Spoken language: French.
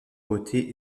beauté